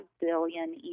billion